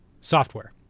software